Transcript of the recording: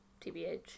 TBH